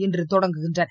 இன்று தொடங்குகின்றன